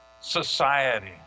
society